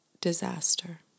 Disaster